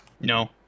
No